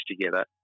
together